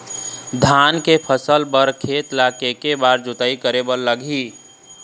धान फसल के बर खेत ला के के बार जोताई करे बर लगही?